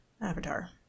avatar